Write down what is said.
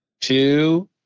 two